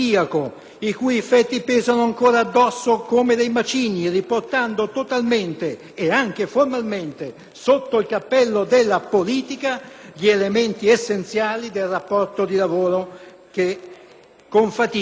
i cui effetti pesano ancora addosso come dei macigni, riportando totalmente, e anche formalmente, sotto il cappello della politica, gli elementi essenziali del rapporto di lavoro che con fatica